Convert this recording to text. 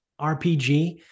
RPG